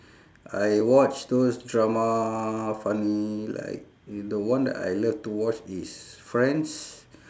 I watch those drama funny like the one that I love to watch is friends